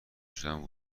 شدن